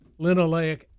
linoleic